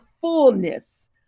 fullness